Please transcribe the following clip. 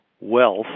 wealth